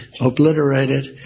Obliterated